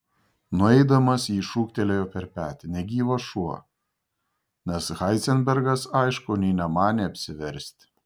nueidamas jį šūktelėjo per petį negyvas šuo nes heizenbergas aišku nė nemanė apsiversti